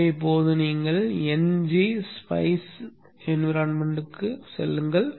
எனவே இப்போது நீங்கள் n g spice சூழலுக்குச் செல்லுங்கள்